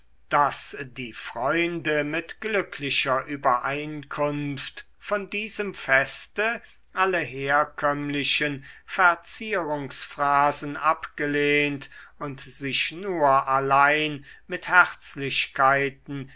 daß die freunde mit glücklicher übereinkunft von diesem feste alle herkömmlichen verzierungsphrasen abgelehnt und sich nur allein mit